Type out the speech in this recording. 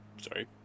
Sorry